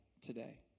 today